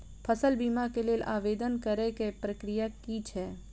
फसल बीमा केँ लेल आवेदन करै केँ प्रक्रिया की छै?